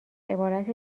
عبارت